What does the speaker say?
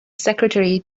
secretary